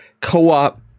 co-op